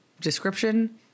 description